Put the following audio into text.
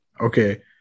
Okay